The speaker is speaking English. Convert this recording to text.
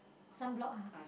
sunblock ah